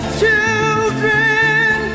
children